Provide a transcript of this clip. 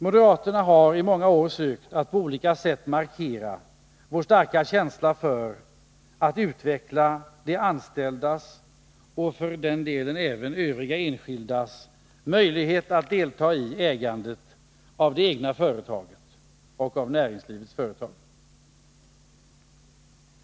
Moderaterna har i många år sökt att på olika sätt markera vår starka känsla för att utveckla de anställdas och för den delen även övriga enskildas möjlighet att delta i ägandet av det egna företaget och av näringslivets företag.